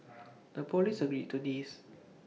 the Police agreed to this